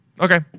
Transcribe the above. Okay